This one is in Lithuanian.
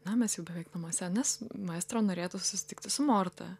na mes jau beveik namuose nes maestro norėtų susitikti su morta